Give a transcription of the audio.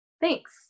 Thanks